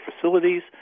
facilities